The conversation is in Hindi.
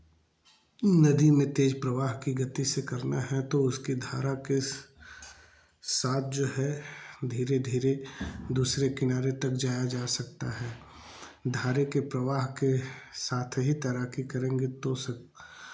नदी में तेज प्रवाह की गति से करना है तो उसकी धारा के साथ जो है धीरे धीरे दूसरे किनारे तक जाया जा सकता है धारे के प्रवाह के साथ ही तैराकी करेंगे तो सब